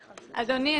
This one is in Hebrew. אדוני,